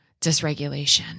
dysregulation